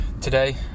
Today